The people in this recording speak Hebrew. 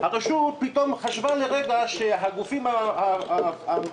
הרשות פתאום חשבה לרגע שהגופים הפיננסיים